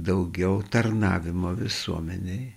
daugiau tarnavimo visuomenei